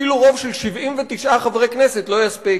אפילו רוב של 79 חברי כנסת לא יספיק,